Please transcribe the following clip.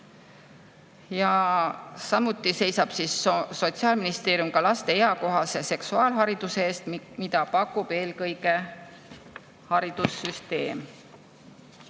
Samuti seisab Sotsiaalministeerium laste eakohase seksuaalhariduse eest, mida pakub eelkõige haridussüsteem.